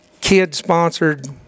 kid-sponsored